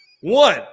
one